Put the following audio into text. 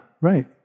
right